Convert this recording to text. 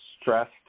stressed